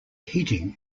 heating